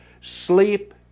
sleep